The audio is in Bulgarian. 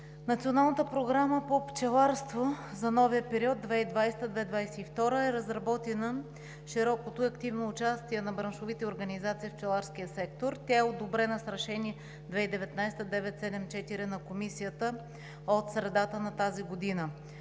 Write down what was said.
Националната програма по пчеларство за новия период 2020 – 2022 г. е разработена с широкото и активно участие на браншовите организации в пчеларския сектор. Тя е одобрена с Решение 2019-974 на Комисията от средата на тази година